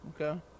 okay